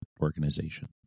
organization